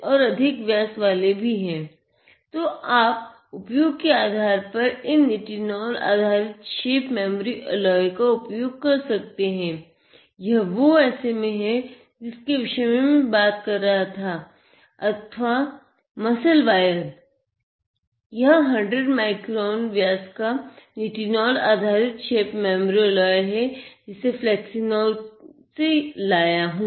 इस shape memory alloy का नाम फ्लेक्सिनोल से लाया हूँ